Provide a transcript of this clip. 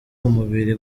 umubiri